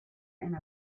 and